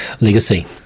legacy